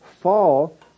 Fall